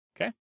Okay